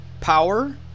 power